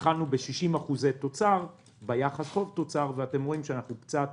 התחלנו ב-60% תוצר ביחס חוב-תוצר ואתם רואים שאנחנו קצת